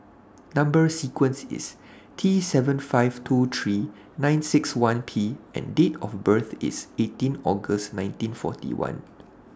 Number sequence IS T seven five two three nine six one P and Date of birth IS eighteen August nineteen forty one